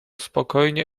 spokojnie